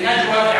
ונג'ואה,